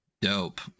Dope